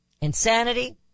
insanity